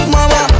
Mama